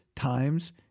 Times